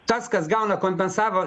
tas kas gauna kompensavo